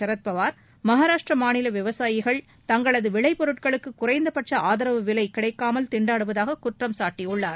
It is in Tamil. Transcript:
சரத் பவார் மகாராஷ்ட்டிரமாநில விவசாயிகள் தங்களது விளைபொருட்களுக்கு குறைந்த பட்ச ஆதரவு விலை கிடைக்காமல் திண்டாடுவதாக குற்றம் சாட்டியுள்ளார்